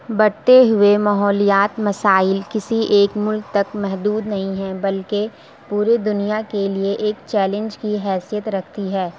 بڑھتے ہوئے ماحولیات مسائل کسی ایک ملک تک محدود نہیں ہیں بلکہ پوری دنیا کے لیے ایک چیلنج کی حیثیت رکھتی ہے